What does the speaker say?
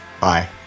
Bye